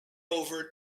over